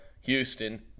Houston